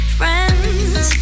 friends